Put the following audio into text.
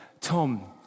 Tom